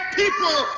people